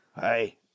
hey